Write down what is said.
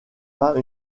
pas